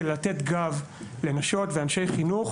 על מנת לתת גב לנשות ולאנשי חינוך,